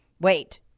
Wait